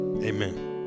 Amen